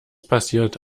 passiert